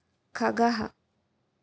खगः